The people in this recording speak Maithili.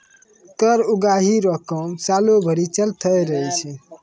कर उगाही रो काम सालो भरी चलते रहै छै